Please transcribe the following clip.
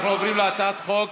להוסיף גם אותי.